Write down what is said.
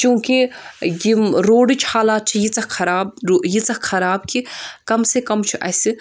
چوٗنٛکہِ یِم روڈٕچ حالات چھِ ییٖژاہ خَراب ییٖژاہ خَراب کہِ کَم سے کَم چھُ اَسہِ